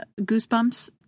goosebumps